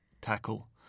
tackle